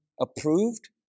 approved